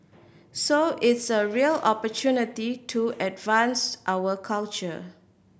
so it's a real opportunity to advance our culture